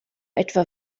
etwa